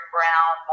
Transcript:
Brown